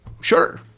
Sure